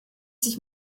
sich